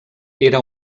era